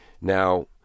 now